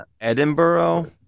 Edinburgh